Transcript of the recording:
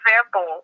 example